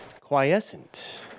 Quiescent